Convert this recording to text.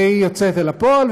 והיא יוצאת אל הפועל,